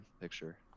picture